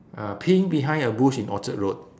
uh peeing behind a bush in orchard road